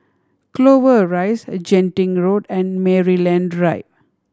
Clover Rise Genting Road and Maryland Drive